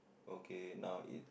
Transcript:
okay now is